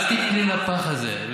אל תיפלי לפח הזה.